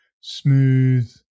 smooth